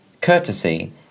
courtesy